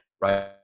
Right